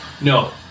No